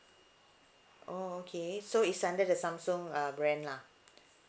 oh okay so it's under the Samsung uh brand lah